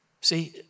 See